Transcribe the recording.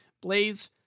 Blaze